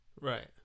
Right